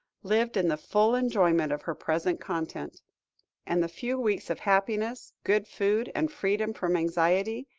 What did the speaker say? lived in the full enjoyment of her present content and the few weeks of happiness, good food, and freedom from anxiety,